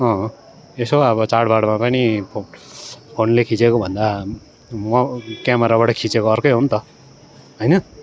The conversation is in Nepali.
अँ यसो अब चाडबाडमा पनि फो फोनले खिँचेको भन्दा म क्यामेराबाट खिँचेको अर्कै हो नि त होइन